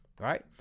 Right